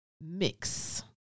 mix